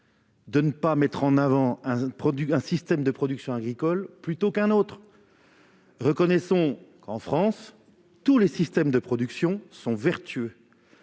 de ne pas mettre en avant un système de production agricole plutôt qu'un autre ? C'est ce que vous faites ! Reconnaissons qu'en France tous les systèmes de production sont vertueux.